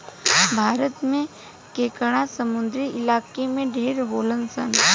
भारत में केकड़ा समुंद्री इलाका में ढेर होलसन